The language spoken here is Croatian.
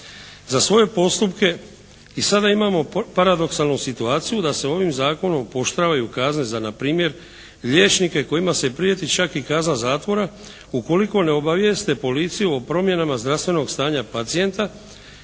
Za svoje postupke i sada imamo paradoksalnu situaciju da se ovim Zakonom pooštravaju kazne za npr. liječnike kojima se prijeti čak i kazna zatvora ukoliko ne obavijeste policiju o promjenama zdravstvenog stanja pacijenta